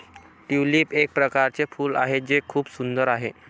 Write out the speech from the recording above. tulip एक प्रकारचे फूल आहे जे खूप सुंदर आहे